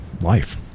life